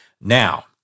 Now